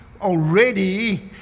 Already